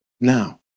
Now